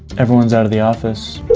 everyone's out of the office.